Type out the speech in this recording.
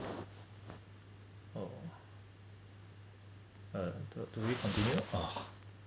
oh uh d~ do we continue ah